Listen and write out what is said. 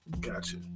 gotcha